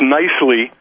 nicely